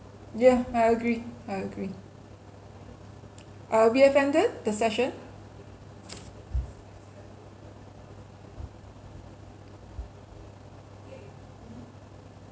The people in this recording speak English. yeah I agree I agree uh we have ended the session